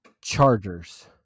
Chargers